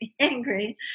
angry